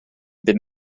bum